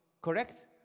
Correct